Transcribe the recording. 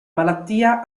malattia